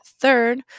third